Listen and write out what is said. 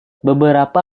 beberapa